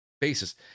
basis